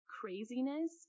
craziness